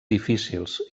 difícils